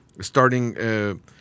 starting